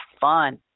fun